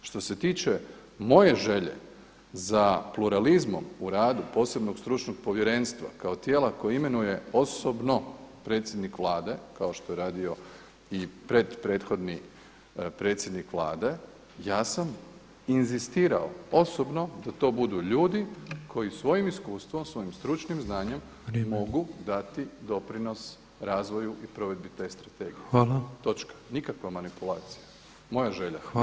Što se tiče moje želje za pluralizmom u radu posebnog stručnog povjerenstva kao tijela koje imenuje osobno predsjednik Vlade kao što je radio i pretprethodni predsjednik Vlade, ja sam inzistirao osobno da to budu ljudi koji svojim iskustvom, svojim stručnim znanjem mogu dati doprinos razvoju i provedbi te strategije [[Upadica Petrov: Hvala.]] točka, nikakva manipulacija, moja želja.